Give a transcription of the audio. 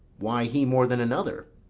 why he more than another?